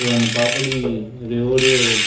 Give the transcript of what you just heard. सोनपापडी रेवड्यो